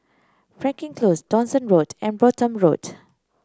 Frankel Close Dawson Road and Brompton Road